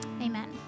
Amen